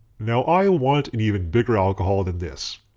now i want an even bigger alcohol than this.